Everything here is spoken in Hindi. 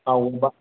हाँ उमबा